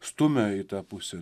stumia į tą pusę